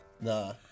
Nah